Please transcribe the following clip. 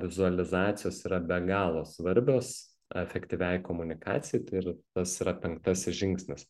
vizualizacijos yra be galo svarbios efektyviai komunikacijai tai ir tas yra penktasis žingsnis